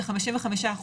כ-55%,